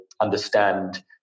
understand